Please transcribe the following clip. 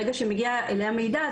ברגע שמגיע אליה מידע,